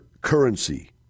currency